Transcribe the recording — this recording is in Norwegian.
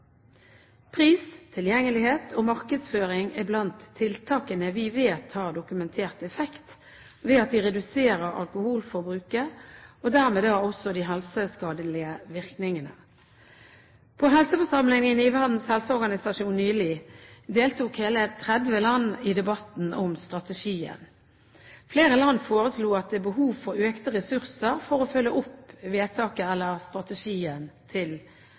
Pris, tilgjengelighet og markedsføring er blant tiltakene vi vet har dokumentert effekt ved at de reduserer alkoholforbruket og dermed også de helseskadelige virkningene. På helseforsamlingen i Verdens helseorganisasjon nylig deltok hele 30 land i debatten om strategien. Flere land foreslo økte ressurser for å følge opp vedtaket, eller strategien, til